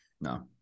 no